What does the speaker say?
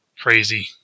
crazy